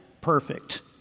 perfect